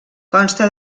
consta